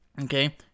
Okay